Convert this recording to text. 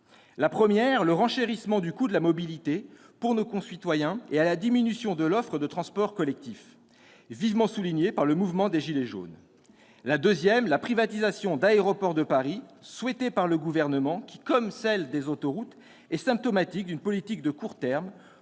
: premièrement, le renchérissement du coût de la mobilité pour nos concitoyens et la diminution de l'offre de transports collectifs, vivement soulignés par le mouvement des « gilets jaunes » et, deuxièmement, la privatisation d'Aéroports de Paris souhaitée par le Gouvernement, qui, comme celle des autoroutes, est symptomatique d'une politique de court terme